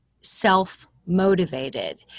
self-motivated